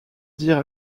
dire